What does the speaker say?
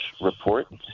report